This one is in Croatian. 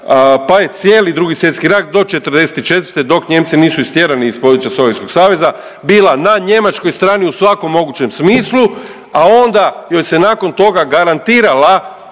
pa je cijeli Drugi svjetski rat do '44. dok Nijemci nisu istjerani iz područja Sovjetskog saveza bila na njemačkoj strani u svakom mogućem smislu, a onda joj se nakon toga garantirao